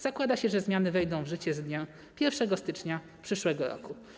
Zakłada się, że zmiany wejdą w życie z dniem 1 stycznia przyszłego roku.